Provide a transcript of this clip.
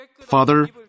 Father